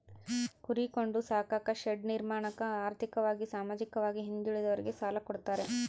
ಕುರಿ ಕೊಂಡು ಸಾಕಾಕ ಶೆಡ್ ನಿರ್ಮಾಣಕ ಆರ್ಥಿಕವಾಗಿ ಸಾಮಾಜಿಕವಾಗಿ ಹಿಂದುಳಿದೋರಿಗೆ ಸಾಲ ಕೊಡ್ತಾರೆ